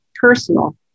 personal